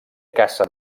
caça